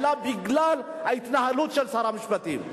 אלא בגלל ההתנהלות של שר המשפטים.